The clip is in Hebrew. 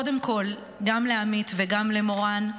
קודם כול גם לעמית וגם למורן,